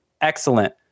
excellent